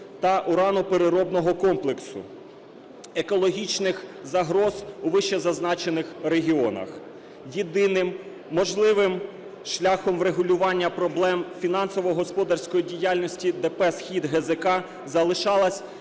та уранопереробного комплексу, екологічних загроз у вищезазначених регіонах. Єдиним можливим шляхом врегулювання проблем фінансово-господарської діяльності ДП "СхідГЗК" залишалася